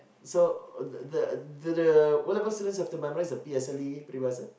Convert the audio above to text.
so the the the the O-level students have to memorise the P_S_L_E peribahasa